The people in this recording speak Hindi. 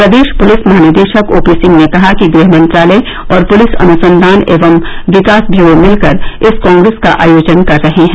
प्रदेश पुलिस महानिदेशक ओ पी सिंह ने कहा कि गृह मंत्रालय और पुलिस अनुसंधान एवं विकास ब्यूरो मिलकर इस कांग्रेस का आयोजन कर रहे हैं